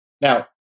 Now